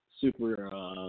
super –